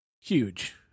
Huge